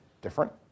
different